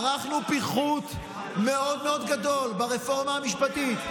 ערכנו פיחות מאוד מאוד גדול ברפורמה המשפטית,